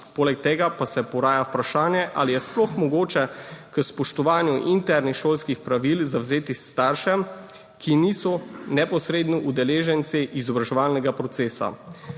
Poleg tega pa se poraja vprašanje, ali je sploh mogoče k spoštovanju internih šolskih pravil zavezati starše, ki niso neposredno udeleženci izobraževalnega procesa.